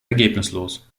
ergebnislos